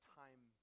time